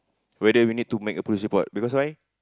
whether we need to make a police report because why